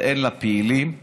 ואין לה פעילים רשמיים,